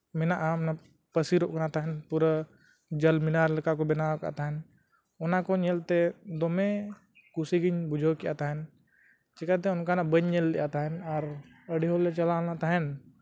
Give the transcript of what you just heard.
ᱢᱮᱱᱟᱜᱼᱟ ᱢᱟᱱᱮ ᱯᱟᱹᱥᱤᱨᱚᱜ ᱠᱟᱱᱟ ᱛᱟᱦᱮᱸᱫ ᱯᱩᱨᱟᱹ ᱡᱚᱞ ᱢᱤᱱᱟᱨ ᱞᱮᱠᱟ ᱠᱚ ᱵᱮᱱᱟᱣ ᱟᱠᱟᱫ ᱛᱟᱦᱮᱸᱫ ᱚᱱᱟ ᱠᱚ ᱧᱮᱞᱛᱮ ᱫᱚᱢᱮ ᱠᱩᱥᱤᱜᱮᱧ ᱵᱩᱡᱷᱟᱹᱣ ᱠᱮᱜᱼᱟ ᱛᱟᱦᱮᱸᱫ ᱪᱤᱠᱟᱹᱛᱮ ᱚᱱᱠᱟᱱᱟᱜ ᱵᱟᱹᱧ ᱞᱮᱜᱼᱟ ᱛᱟᱦᱮᱫ ᱟᱨ ᱟᱹᱰᱤ ᱦᱚᱲᱞᱮ ᱪᱟᱞᱟᱣ ᱞᱮᱱᱟ ᱛᱟᱦᱮᱸᱫ